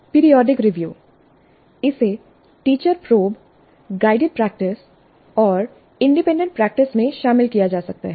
periodic review इसे teacher probe guided practice और independent practice में शामिल किया जा सकता है